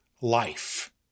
life